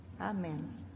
Amen